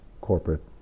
corporate